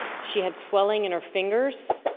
she had swelling in her fingers,